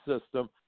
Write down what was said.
system